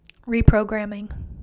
reprogramming